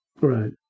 Right